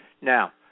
now